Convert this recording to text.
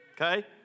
okay